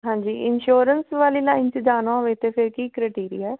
ਹਾਂਜੀ ਇਨਸ਼ੋਰੈਂਸ ਵਾਲੀ ਲਾਈਨ 'ਚ ਜਾਣਾ ਹੋਵੇ ਤਾਂ ਫਿਰ ਕੀ ਕ੍ਰਾਟੀਰੀਆ